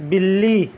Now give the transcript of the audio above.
بلی